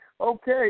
Okay